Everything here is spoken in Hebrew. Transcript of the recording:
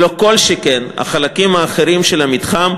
ולא כל שכן החלקים האחרים של המתחם,